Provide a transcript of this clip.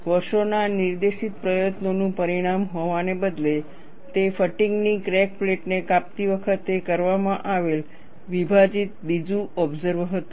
વર્ષોના નિર્દેશિત પ્રયત્નોનું પરિણામ હોવાને બદલે તે ફટીગ ની ક્રેક પ્લેટને કાપતી વખતે કરવામાં આવેલ વિભાજિત બીજું ઓબસર્વ હતું